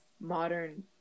modern